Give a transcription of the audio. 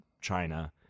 China